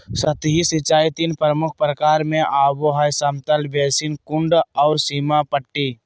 सतही सिंचाई तीन प्रमुख प्रकार में आबो हइ समतल बेसिन, कुंड और सीमा पट्टी